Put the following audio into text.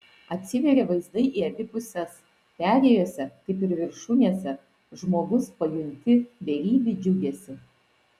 atsiveria vaizdai į abi puses perėjose kaip ir viršūnėse žmogus pajunti beribį džiugesį